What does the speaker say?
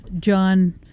John